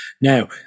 Now